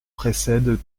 précède